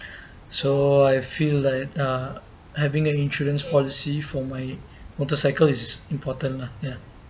so I feel that uh having an insurance policy for my motorcycle is important lah ya